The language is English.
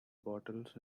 bottles